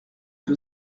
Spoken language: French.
que